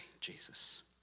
Jesus